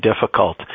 difficult